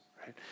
right